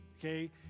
Okay